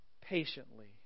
patiently